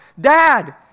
Dad